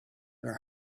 their